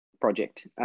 Project